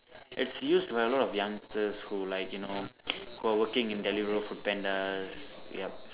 its used to have a lot of youngsters who like you know who are working in deliveroo food pandas yup